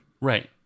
Right